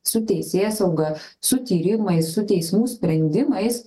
su teisėsauga su tyrimais su teismų sprendimais